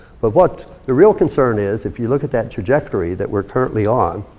but what the real concern is, if you look at that trajectory that we're currently on,